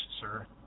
sir